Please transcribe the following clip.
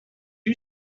you